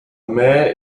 mayor